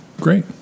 great